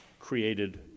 created